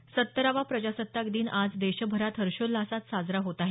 सत्तरावा प्रजासत्ताक दिन आज देशभरात हर्षोल्लासात साजरा होत आहे